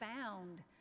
found